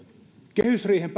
kehysriihen